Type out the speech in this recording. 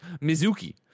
Mizuki